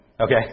okay